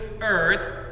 earth